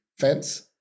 fence